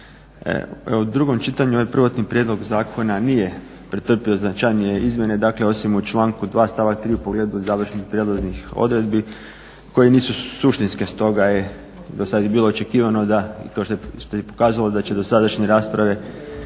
U drugom čitanju ovaj prvotni prijedlog zakona nije pretrpio značajnije izmjene dakle osim u članku 2. stavak 3. u pogledu završnih i prijelaznih odredbi koje nisu suštinske, stoga je do sad i bilo očekivano da i to što se pokazalo da će dosadašnje rasprave